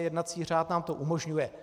Jednací řád nám to umožňuje.